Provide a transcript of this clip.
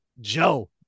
Joe